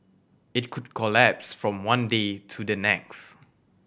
it could collapse from one day to the next